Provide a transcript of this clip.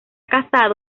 casado